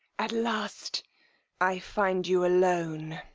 at last i find you alone!